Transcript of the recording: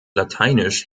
lateinisch